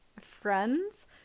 friends